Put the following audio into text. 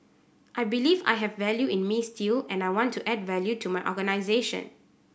I believe I have value in me still and I want to add value to my organisation